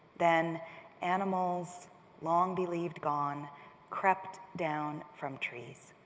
then animals long believed gone crept down from trees,